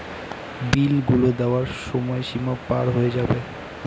বিল গুলো দেওয়ার সময় সীমা পার হয়ে যাবে